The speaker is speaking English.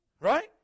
Right